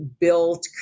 built